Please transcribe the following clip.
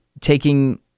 taking